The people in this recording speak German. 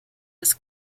des